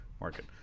market